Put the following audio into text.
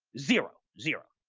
zero, zero.